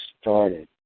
started